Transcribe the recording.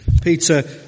Peter